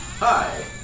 Hi